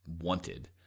wanted